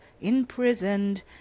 imprisoned